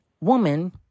woman